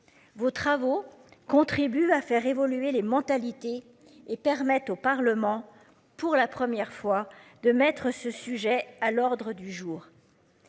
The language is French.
Vos travaux contribuent à faire évoluer les mentalités et permettent au Parlement pour la première fois de mettre ce sujet à l'ordre du jour.